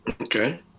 Okay